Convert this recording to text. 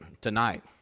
tonight